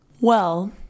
Well